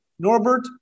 Norbert